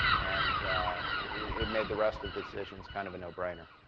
and it made the rest of the decisions kind of a no-brainer.